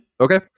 Okay